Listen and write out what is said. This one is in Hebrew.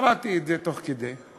קראתי את זה תוך כדי,